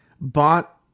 bought